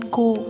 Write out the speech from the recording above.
go